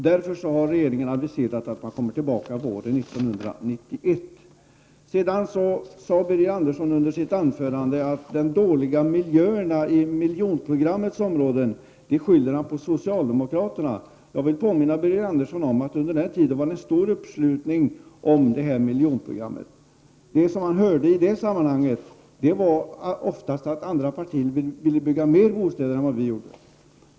Därför har regeringen aviserat att den kommer tillbaka våren 1991. De dåliga miljöerna i miljonprogramområdena skyller Birger Andersson på socialdemokraterna. Jag vill påminna Birger Andersson om att det var stor uppslutning kring miljonprogrammet. Det man hörde från andra partier i det sammanhanget var oftast att de ville bygga fler bostäder.